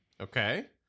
Okay